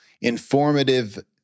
informative